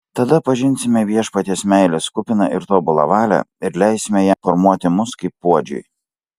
tada pažinsime viešpaties meilės kupiną ir tobulą valią ir leisime jam formuoti mus kaip puodžiui